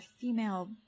female